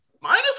minus